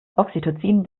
oxytocin